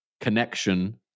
connection